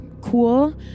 cool